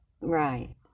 Right